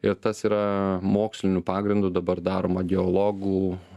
ir tas yra moksliniu pagrindu dabar daroma geologų